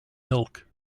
milk